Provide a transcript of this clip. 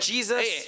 Jesus